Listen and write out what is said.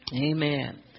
amen